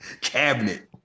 cabinet